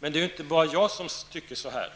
Men det är ju inte bara jag som tycker detta.